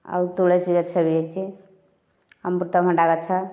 ଆଉ ତୁଳସୀ ଗଛ ବି ହୋଇଛି ଅମୃତଭଣ୍ଡା ଗଛ